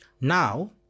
now